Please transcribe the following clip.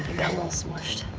got little smushed.